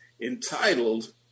entitled